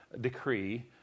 decree